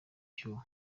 cyuho